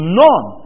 none